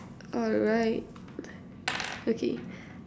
alright okay